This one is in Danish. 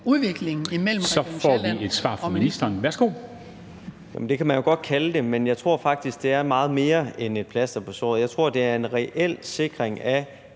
ministeren. Værsgo. Kl. 13:57 Erhvervsministeren (Simon Kollerup): Det kan man jo godt kalde det, men jeg tror faktisk, det er meget mere end et plaster på såret. Jeg tror, det er en reel sikring af,